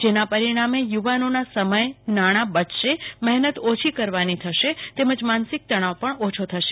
એના પરિણામે યુ વાનો ના સમય નાણાં બચશે મહેનત ઓછી કરવાની થશે તેમજ માનસિક તનાવ પણ ઓછી થશે